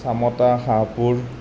চামতা হাঁহপুৰ